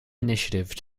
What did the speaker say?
initiative